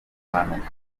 mpanuka